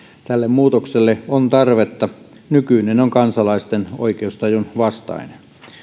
tälle muutokselle on tarvetta nykyinen on kansalaisten oikeustajun vastainen